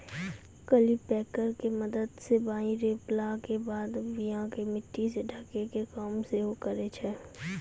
cultipacker के मदत से बीया रोपला के बाद बीया के मट्टी से ढकै के काम सेहो करै छै